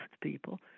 people